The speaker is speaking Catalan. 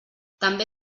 també